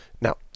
Now